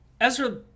Ezra